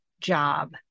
job